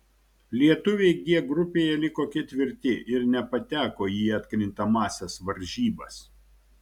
lietuviai g grupėje liko ketvirti ir nepateko į atkrintamąsias varžybas